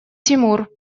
тимур